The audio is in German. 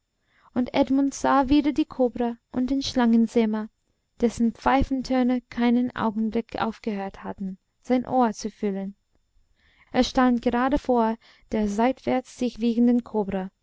und edmund sah wieder die kobra und den schlangenzähmer dessen pfeifentöne keinen augenblick aufgehört hatten sein ohr zu füllen er stand gerade vor der seitwärts sich wiegenden kobra